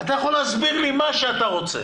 אתה יכול להסביר לי מה שאתה רוצה